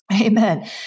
Amen